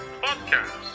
podcast